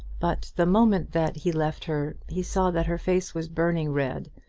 but the moment that he left her he saw that her face was burning red,